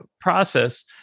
process